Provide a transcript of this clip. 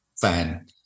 fan